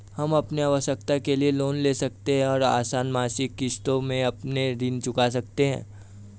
हम अपनी आवश्कता के लिए लोन ले सकते है और आसन मासिक किश्तों में अपना ऋण चुका सकते है